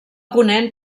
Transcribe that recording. ponent